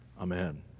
amen